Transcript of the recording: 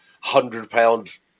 hundred-pound